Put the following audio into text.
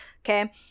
Okay